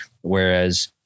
Whereas